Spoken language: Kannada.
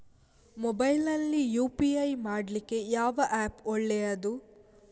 ಮೊಬೈಲ್ ನಲ್ಲಿ ಯು.ಪಿ.ಐ ಮಾಡ್ಲಿಕ್ಕೆ ಯಾವ ಆ್ಯಪ್ ಒಳ್ಳೇದು?